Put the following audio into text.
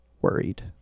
worried